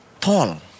tall